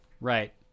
Right